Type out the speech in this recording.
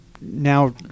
now